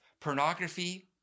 pornography